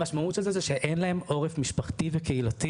המשמעות של זה היא שאין להם עורף משפחתי וקהילתי